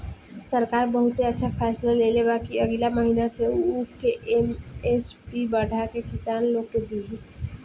सरकार बहुते अच्छा फैसला लेले बा कि अगिला महीना से उ ऊख के एम.एस.पी बढ़ा के किसान लोग के दिही